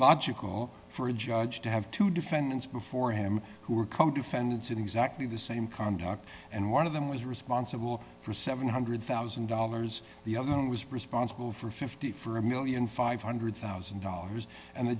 logical for a judge to have two defendants before him who are co defendants in exactly the same conduct and one of them was responsible for seven hundred thousand dollars the other was responsible for fifty for a one million five hundred thousand dollars and the